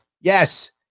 Yes